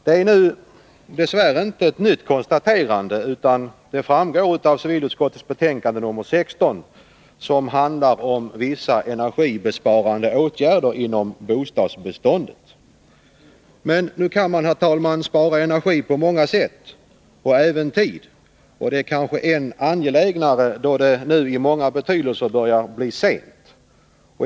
Det är nu dess värre inte ett nytt konstaterande, såsom framgår av civilutskottets betänkande nr 16, som handlar om vissa energibesparande åtgärder inom bostadsbeståndet. Men nu kan man, herr talman, spara energi på många sätt, och även tid. Det är kanske än angelägnare då det nu i många betydelser börjar bli sent.